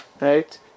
Right